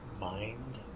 mind